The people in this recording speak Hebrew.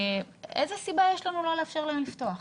איזה סיבה יש לנו לא לאפשר להם לפתוח?